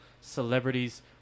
celebrities